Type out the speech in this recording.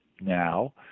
now